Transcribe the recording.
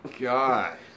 god